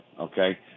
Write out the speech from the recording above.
okay